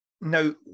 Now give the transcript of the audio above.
Now